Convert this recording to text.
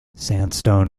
sandstone